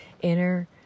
inner